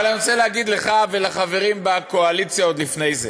אבל אני רוצה להגיד לך ולחברים בקואליציה עוד לפני זה: